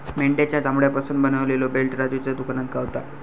मेंढ्याच्या चामड्यापासून बनवलेलो बेल्ट राजूच्या दुकानात गावता